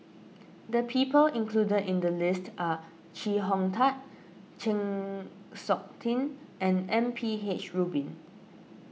the people included in the list are Chee Hong Tat Chng Seok Tin and M P H Rubin